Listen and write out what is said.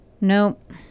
nope